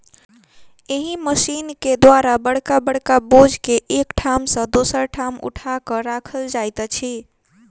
एहि मशीन के द्वारा बड़का बड़का बोझ के एक ठाम सॅ दोसर ठाम उठा क राखल जाइत अछि